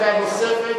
חבר הכנסת ביבי,